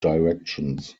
directions